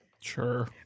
Sure